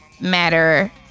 matter